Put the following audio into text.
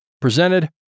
presented